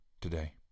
today